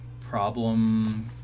problem